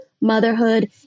motherhood